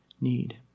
need